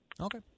Okay